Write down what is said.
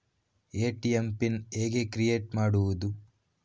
ATM PIN ಹೇಗೆ create ಮಾಡುವುದು?